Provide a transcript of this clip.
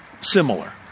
similar